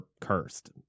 cursed